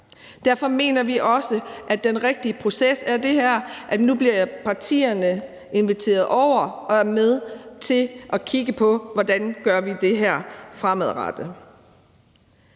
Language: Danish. Derfor mener vi også, at den rigtige proces er, at partierne nu bliver inviteret over til at være med til at kigge på, hvordan vi gør det her fremadrettet.